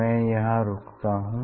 मैं यहाँ रुकता हूँ